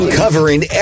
covering